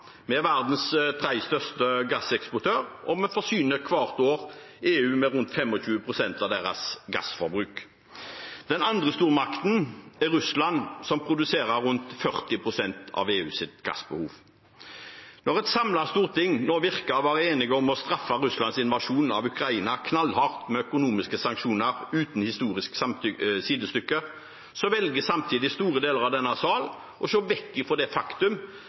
verdens tredje største gasseksportør, og vi forsyner hvert år EU med rundt 25 pst. av deres gassforbruk. Den andre stormakten er Russland, som produserer rundt 40 pst. av EUs gassbehov. Når et samlet storting nå virker å være enige om å straffe Russlands invasjon av Ukraina knallhardt med økonomiske sanksjoner uten historisk sidestykke, velger samtidig store deler av denne sal å se vekk fra det faktum